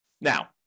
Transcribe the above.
Now